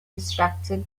distracted